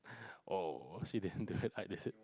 !oh! she didn't do it I did